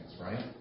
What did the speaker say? right